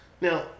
Now